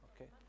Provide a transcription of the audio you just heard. okay